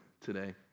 today